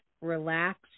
relax